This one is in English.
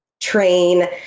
train